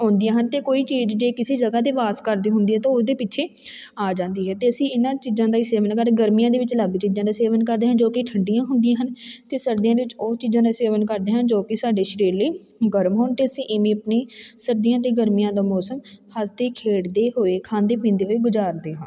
ਆਉਂਦੀਆਂ ਹਨ ਅਤੇ ਕੋਈ ਚੀਜ਼ ਜੇ ਕਿਸੇ ਜਗ੍ਹਾ 'ਤੇ ਵਾਸ ਕਰਦੀ ਹੁੰਦੀ ਹੈ ਤਾਂ ਉਹਦੇ ਪਿੱਛੇ ਆ ਜਾਂਦੀ ਹੈ ਅਤੇ ਅਸੀਂ ਇਹਨਾਂ ਚੀਜ਼ਾਂ ਦਾ ਹੀ ਸੇਵਨ ਕਰ ਗਰਮੀਆਂ ਦੇ ਵਿੱਚ ਅਲੱਗ ਚੀਜ਼ਾਂ ਦਾ ਸੇਵਨ ਕਰਦੇ ਹਾਂ ਜੋ ਕਿ ਠੰਡੀਆਂ ਹੁੰਦੀਆਂ ਹਨ ਅਤੇ ਸਰਦੀਆਂ ਦੇ ਵਿੱਚ ਉਹ ਚੀਜ਼ਾਂ ਦਾ ਸੇਵਨ ਕਰਦੇ ਹਾਂ ਜੋ ਕਿ ਸਾਡੇ ਸਰੀਰ ਲਈ ਗਰਮ ਹੋਣ ਅਤੇ ਅਸੀਂ ਇਵੇਂ ਆਪਣੀ ਸਰਦੀਆਂ ਅਤੇ ਗਰਮੀਆਂ ਦਾ ਮੌਸਮ ਹੱਸਦੇ ਖੇਡਦੇ ਹੋਏ ਖਾਂਦੇ ਪੀਂਦੇ ਹੋਏ ਗੁਜ਼ਾਰਦੇ ਹਾਂ